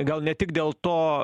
gal ne tik dėl to